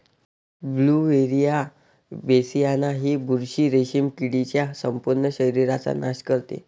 Beauveria बेसियाना ही बुरशी रेशीम किडीच्या संपूर्ण शरीराचा नाश करते